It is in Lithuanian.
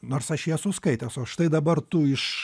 nors aš jį esu skaitęs o štai dabar tu iš